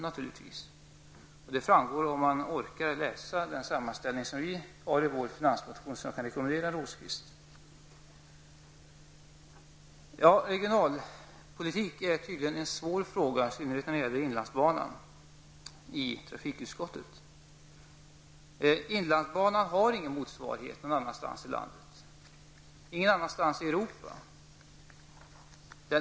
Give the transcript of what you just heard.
Det framgår tydligt för den som orkar läsa den sammanfattning som finns i vår finansmotion. Jag rekommenderar Birger Rosqvist att läsa den. Regionalpolitik är tydligen mycket svårt. Inte minst tycks det gälla behandlingen i trafikutskottet av inlandsbanans framtid. Inlandsbanan har ingen motsvarighet i landet och inte heller någon annanstans i Europa.